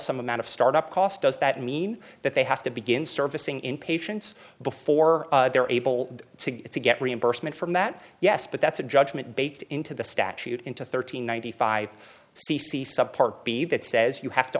some amount of start up cost does that mean that they have to begin servicing in patients before they're able to get reimbursement from that yes but that's a judgment baked into the statute into thirteen ninety five c c some part b that says you have to